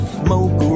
smoke